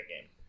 game